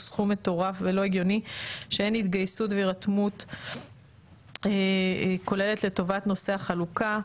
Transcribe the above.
סכום מטורף ולא הגיוני שאין התגייסות והירתמות כוללת לטובת נושא החלוקה.